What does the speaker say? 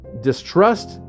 distrust